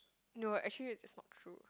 no actually it's not true